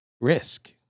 risk